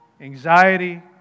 anxiety